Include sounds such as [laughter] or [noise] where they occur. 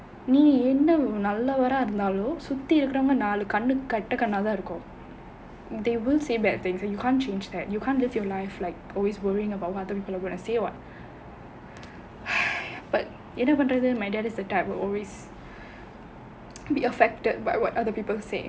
நீ என்ன நல்லவரா இருந்தாலும் சுத்தி இருக்குறவங்க நாலு கண்ணு கெட்ட கண்ணா தான் இருக்கும்:nee enna nallavaraa irunthaalum suthi irukkuravanga naalu kannu ketta kanna thaan irukkum they won't say bad things and you can't change that you can't live your life like always worrying about what other people are going to say [what] [breath] என்ன பண்றது:enna pandrathu my dad is a type will always would be affected by what other people say